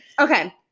Okay